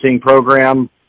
program